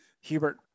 Hubert